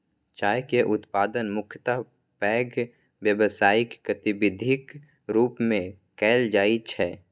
चाय के उत्पादन मुख्यतः पैघ व्यावसायिक गतिविधिक रूप मे कैल जाइ छै